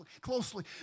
closely